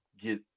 get